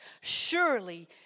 Surely